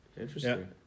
Interesting